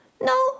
No